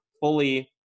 fully